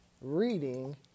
reading